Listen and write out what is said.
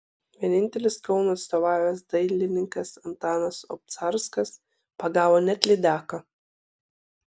vienintelis kaunui atstovavęs dailininkas antanas obcarskas pagavo net lydeką